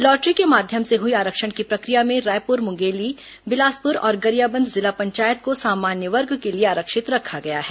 lottery के माध्यम से हुई आरक्षण की प्रशिक्र या में रायपुर मुंगेली बिलासपुर और गरियाबंद जिला पंचायत को सामान्य वर्ग के लिए आरक्षित रखा गया है